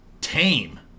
tame